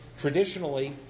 traditionally